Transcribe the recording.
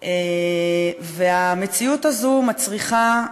והמציאות הזו מצריכה,